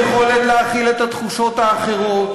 חבר הכנסת חנין,